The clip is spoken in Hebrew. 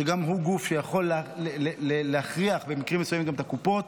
שגם הוא גוף שיכול להכריח במקרים מסוימים גם את הקופות,